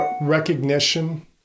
recognition